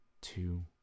two